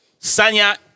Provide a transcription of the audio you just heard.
Sanya